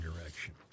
direction